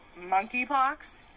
monkeypox